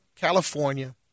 California